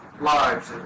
lives